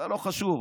לא חשוב.